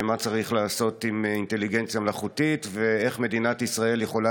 מה צריך לעשות עם אינטליגנציה מלאכותית ואיך מדינת ישראל יכולה